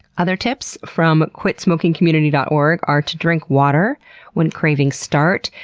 other tips from quitsmokingcommunity dot org are to drink water when cravings start.